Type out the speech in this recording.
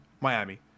Miami